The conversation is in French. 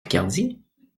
picardie